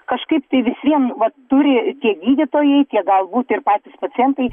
kažkaip tai vis vien vat turi tie gydytojai tiek galbūt ir patys pacientai